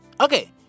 Okay